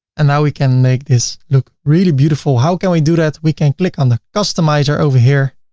and now we can make this look really beautiful. how can we do that? we can click on the customizer over here,